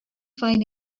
find